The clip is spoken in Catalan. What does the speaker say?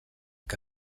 que